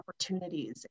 opportunities